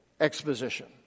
exposition